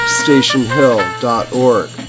stationhill.org